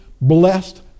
blessed